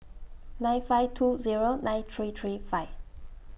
nine five two Zero nine three three five